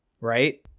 right